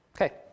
Okay